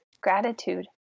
gratitude